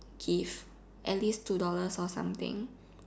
give at least two dollars or something